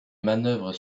manœuvres